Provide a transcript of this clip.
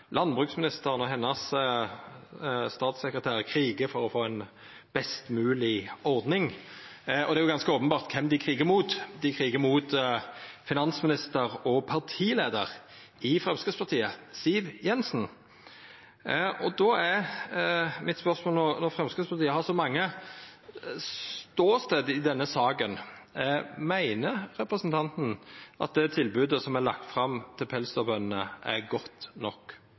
landbruksministeren og statssekretæren hennar krigar for å få ei best mogleg ordning. Det er jo ganske openbert kven dei krigar mot – dei krigar mot finansminister og partileiar i Framstegspartiet, Siv Jensen. Då er mitt spørsmål, når Framstegspartiet har så mange ståstader i denne saka: Meiner representanten at det tilbodet som er lagt fram til pelsdyrbøndene, er godt nok?